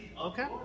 Okay